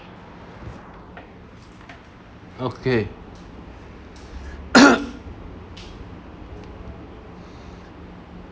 okay